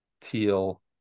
teal